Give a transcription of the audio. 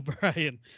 Brian